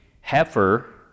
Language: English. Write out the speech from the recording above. heifer